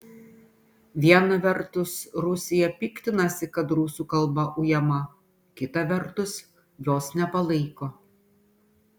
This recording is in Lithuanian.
viena vertus rusija piktinasi kad rusų kalba ujama kita vertus jos nepalaiko